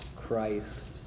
Christ